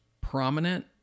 prominent